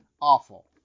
Awful